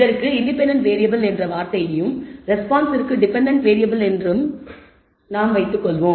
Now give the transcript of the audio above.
இதற்கு independent variable என்ற வார்த்தையையும் ரெஸ்பான்ஸ்ற்க்கு டெபென்டென்ட் வேறியபிள்களையும் நாம் வைத்துக்கொள்வோம்